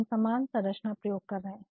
हम समान संरचना प्रयोग कर रहे हैं